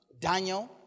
Daniel